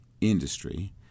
industry